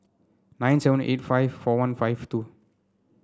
nine seven eight five four one five two